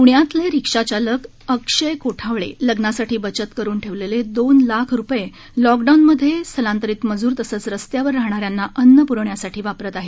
पृण्यातले रिक्षाचालक अक्षय कोठावळे लग्नासाठी बचत करून ठेवलेले दोन लाख रुपये लॉकडाऊनमध्ये स्थलांतरित मजूर तसंच रस्त्यावर राहणाऱ्यांना अन्न प्रवण्यासाठी वापरत आहेत